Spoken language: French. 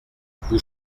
vous